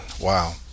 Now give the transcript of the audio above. wow